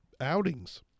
outings